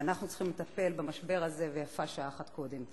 ואנחנו צריכים לטפל במשבר הזה, ויפה שעה אחת קודם.